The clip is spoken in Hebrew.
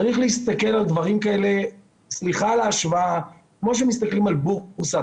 צריך להסתכל על דברים כאלה כמו שמסתכלים על בורסה,